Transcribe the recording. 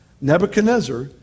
Nebuchadnezzar